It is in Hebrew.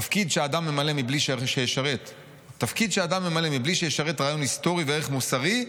"'תפקיד שאדם ממלא מבלי שישרת רעיון היסטורי וערך מוסרי,